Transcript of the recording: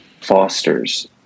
fosters